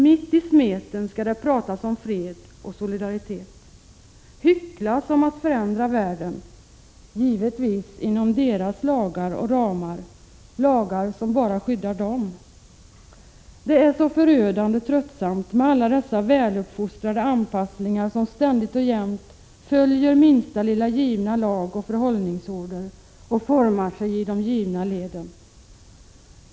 Mitt i smeten skall det pratas om fred och solidaritet, hycklas om att förändra världen, givetvis inom deras lagar och ramar, lagar som bara skyddar dem. Det är så förödande tröttsamt med alla dessa väluppfostrade anpasslingar som ständigt och jämt följer minsta lilla givna lag och förhållningsorder och formar sig i de givna leden.